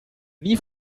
nie